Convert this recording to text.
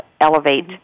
Elevate